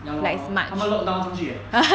ya lor ya lor 他们 lockdown 上去 eh